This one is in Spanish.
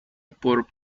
por